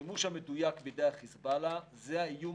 החימוש המדויק בידי החיזבאללה זה האיום